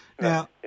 now